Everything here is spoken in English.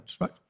right